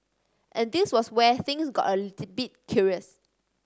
and this was where things got a little bit curious